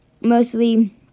mostly